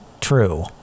true